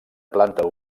planta